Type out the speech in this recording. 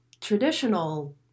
traditional